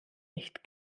nicht